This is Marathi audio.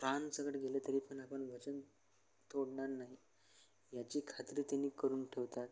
प्राण सगडं गेलं तरी पण आपण वचन तोडणार नाही याची खात्री त्यांनी करून ठेवतात